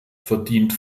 verdient